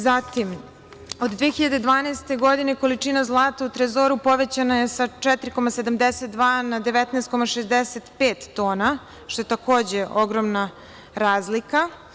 Zatim, od 2012. godine količina zlata u Trezoru povećana je sa 4,72 na 19,65 tona, što je takođe ogromna razlika.